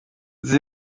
inzu